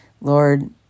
Lord